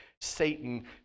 Satan